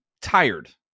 tired